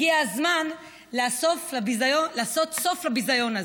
הגיע הזמן לעשות סוף לביזיון הזה.